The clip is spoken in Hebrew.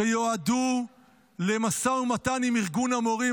שיועדו למשא ומתן עם ארגון המורים,